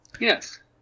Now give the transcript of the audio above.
Yes